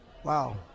Wow